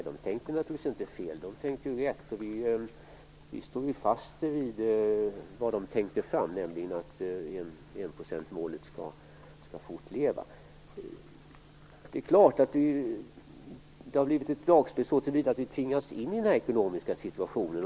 Herr talman! Nej, de tänkte naturligtvis inte fel. Vi stod ju fast vid vad de tänkte fram, nämligen att enprocentsmålet skall fortleva. Det är klart att biståndet har blivit ett dragspel så till vida att vi har tvingats in i denna ekonomiska situationen.